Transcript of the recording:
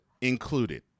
included